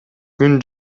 күн